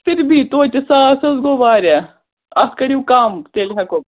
پھر بھی توتہِ ساس حظ گوٚو واریاہ اَتھ کٔرِو کَم تیٚلہِ ہٮ۪کو